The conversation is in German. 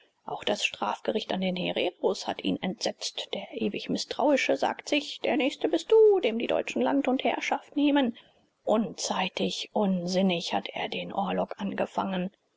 auch das strafgericht an den hereros hat ihn entsetzt der ewig mißtrauische sagt sich der nächste bist du dem die deutschen land und herrschaft nehmen unzeitig unsinnig hat er den orlog angefangen